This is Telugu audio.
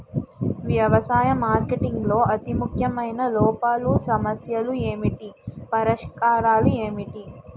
వ్యవసాయ మార్కెటింగ్ లో అతి ముఖ్యమైన లోపాలు సమస్యలు ఏమిటి పరిష్కారాలు ఏంటి?